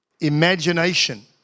imagination